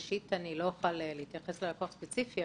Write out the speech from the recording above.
אני לא אוכל להתייחס ללקוח ספציפי,